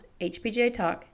hpjtalk